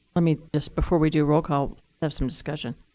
let me just before we do roll call have some discussion.